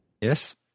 Yes